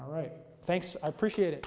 all right thanks appreciate it